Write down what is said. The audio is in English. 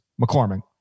McCormick